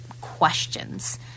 questions